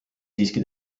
siiski